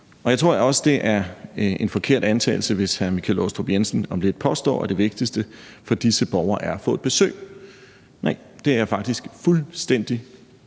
Jeg tror også, det er en forkert antagelse, hvis hr. Michael Aastrup Jensen om lidt påstår, at det vigtigste for disse borgere er at få et besøg. Nej, jeg er faktisk fuldstændig